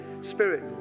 spirit